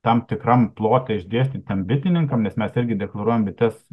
tam tikram plote išdėstytam bitininkam nes mes irgi deklaruojam bites